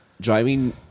driving